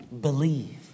Believe